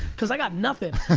cause i got nothing,